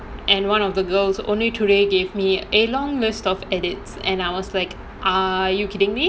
and one of the girls only today gave me a long list of edits and I was like are you kidding me